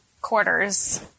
quarters